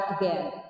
again